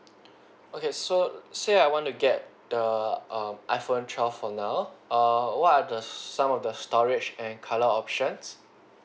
okay so say I want to get the err iPhone twelve for now err what are the some of the storage and color options